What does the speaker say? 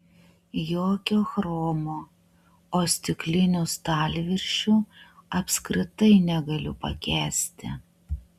jokio chromo o stiklinių stalviršių apskritai negaliu pakęsti